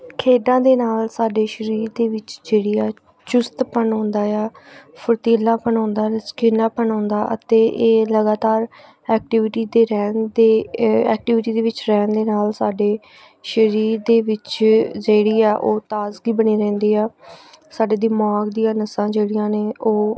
ਖੇਡਾਂ ਦੇ ਨਾਲ ਸਾਡੇ ਸਰੀਰ ਦੇ ਵਿੱਚ ਜਿਹੜੀ ਆ ਚੁਸਤਪਨ ਆਉਂਦਾ ਆ ਫੁਰਤੀਲਾਪਨ ਆਉਂਦਾ ਲਚਕੀਲਾਪਨ ਆਉਂਦਾ ਅਤੇ ਇਹ ਲਗਾਤਾਰ ਐਕਟੀਵਿਟੀ ਦੇ ਰਹਿਣ ਦੇ ਐਕਟੀਵਿਟੀ ਦੇ ਵਿੱਚ ਰਹਿਣ ਦੇ ਨਾਲ ਸਾਡੇ ਸਰੀਰ ਦੇ ਵਿੱਚ ਜਿਹੜੀ ਆ ਉਹ ਤਾਜ਼ਗੀ ਬਣੀ ਰਹਿੰਦੀ ਆ ਸਾਡੇ ਦਿਮਾਗ ਦੀਆਂ ਨਸਾਂ ਜਿਹੜੀਆਂ ਨੇ ਉਹ